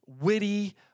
witty